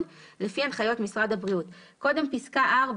לפי הנחיות משרד הבריאות." קודם פסקה (4)